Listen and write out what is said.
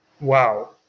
Wow